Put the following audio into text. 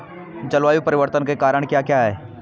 जलवायु परिवर्तन के कारण क्या क्या हैं?